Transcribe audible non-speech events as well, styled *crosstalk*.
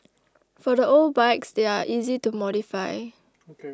for the old bikes they're easy to modify *noise*